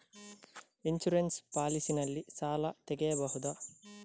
Insurance policy ನಲ್ಲಿ ಸಾಲ ತೆಗೆಯಬಹುದ?